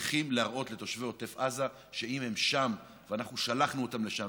צריכים להראות לתושבי עוטף עזה שאם הם שם ואנחנו שלחנו אותם לשם,